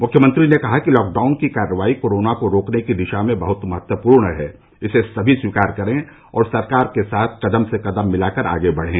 मूख्यमंत्री ने कहा कि लॉकडाउन की कार्रवाई कोरोना को रोकने की दिशा में बहत महत्वपूर्ण है इसे सभी स्वीकार करें और सरकार के साथ कदम से कदम मिलाकर आगे बढ़ें